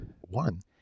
One